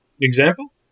example